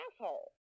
asshole